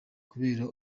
kubera